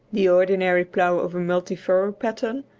the ordinary plough of a multifurrow pattern,